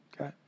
okay